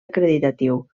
acreditatiu